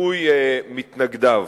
לדיכוי מתנגדיו.